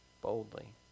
boldly